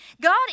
God